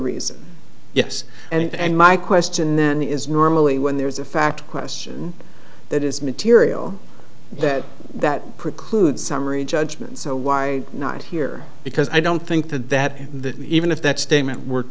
reason yes and my question then is normally when there is a fact question that is material that that precludes summary judgment so why not here because i don't think that that the even if that statement were